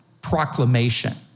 proclamation